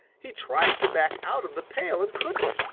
he tried to back out of the pail and couldn't.